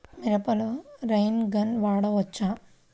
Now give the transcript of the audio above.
మిరపలో rain gun వాడవచ్చా?